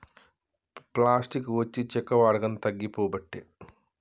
plastic వచ్చి చెక్క వాడకం తగ్గిపోబట్టే